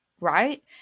Right